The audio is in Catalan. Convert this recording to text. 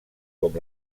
com